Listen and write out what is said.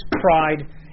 pride